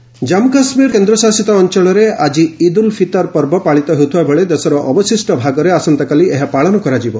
ଇଦ୍ ଜମ୍ମୁ କାଶ୍ମୀର କେନ୍ଦ୍ରଶାସିତ ଅଞ୍ଚଳ ଜନ୍ମୁ କାଶ୍ମୀରରେ ଆଜି ଇଦ୍ ଉଲ୍ ଫିତର୍ ପର୍ବ ପାଳିତ ହେଉଥିବାବେଳେ ଦେଶର ଅବଶିଷ୍ଟ ଭାଗରେ ଆସନ୍ତାକାଲି ଏହା ପାଳନ କରାଯିବ